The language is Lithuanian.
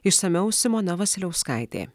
išsamiau simona vasiliauskaitė